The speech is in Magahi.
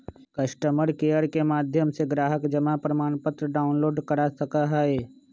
कस्टमर केयर के माध्यम से ग्राहक जमा प्रमाणपत्र डाउनलोड कर सका हई